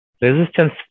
resistance